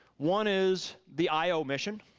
one is the io mission,